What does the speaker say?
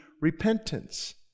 repentance